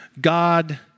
God